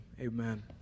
Amen